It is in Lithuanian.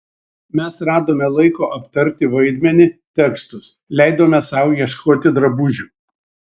mes radome laiko aptarti vaidmenį tekstus leidome sau ieškoti drabužių